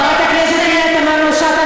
חברת הכנסת פנינה תמנו-שטה,